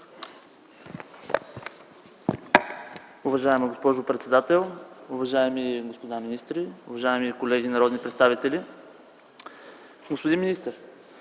Уважаема госпожо председател, уважаеми господа министри, уважаеми колеги народни представители! Господин министър,